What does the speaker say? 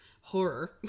horror